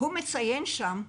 מציין שם,